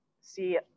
see